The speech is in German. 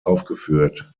aufgeführt